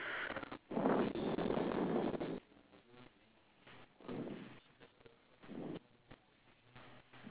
there's four green tree and two dark green right mm K